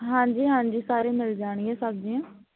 ਹਾਂਜੀ ਹਾਂਜੀ ਸਾਰੇ ਮਿਲ ਜਾਣਗੀਆਂ ਸਬਜ਼ੀਆਂ